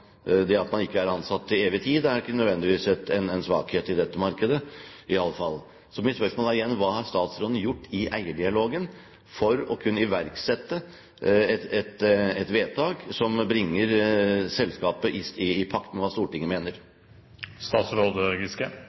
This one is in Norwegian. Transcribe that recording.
det at man ikke er ansatt til evig tid, er ikke nødvendigvis en svakhet i dette marked iallfall. Så mitt spørsmål er igjen: Hva har statsråden gjort i eierdialogen for å kunne iverksette et vedtak som bringer selskapet i pakt med hva Stortinget